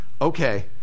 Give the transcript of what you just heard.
okay